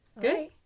Good